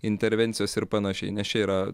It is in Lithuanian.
intervencijos ir panašiai nes čia yra